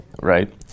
right